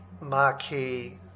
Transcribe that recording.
marquee